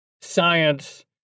science